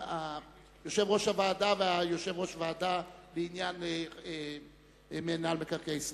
יושב-ראש הוועדה ויושב-ראש הוועדה לעניין מינהל מקרקעי ישראל,